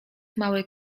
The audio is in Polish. mały